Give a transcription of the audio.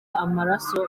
amaraso